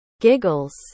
giggles